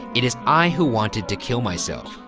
it is i who wanted to kill myself.